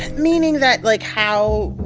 and meaning that like, how,